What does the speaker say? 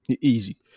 Easy